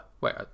Wait